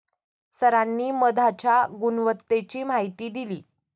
सरांनी मधाच्या गुणवत्तेची माहिती दिली